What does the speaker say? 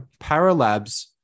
Paralabs